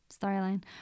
Storyline